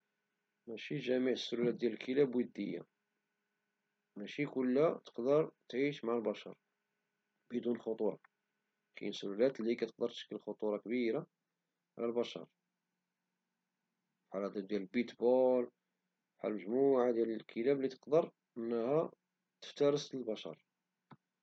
ماشي جميع السلالات ديال الكلاب ودية, ماشي كلها تقدر تعيش مع الناس بدون خطورة، كاين سلالات لي ممكن تشكل خطورة كبيرة على البشر بحال البيتبول فحال مجموعة ديال الأنواع لي تقدر تفترس البشر.